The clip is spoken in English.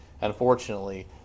Unfortunately